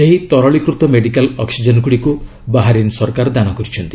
ସେହି ତରଳୀକୃତ medical oxygen ଗୁଡ଼ିକୁ ବାହାରିନ୍ ସରକାର ଦାନ କରିଛନ୍ତି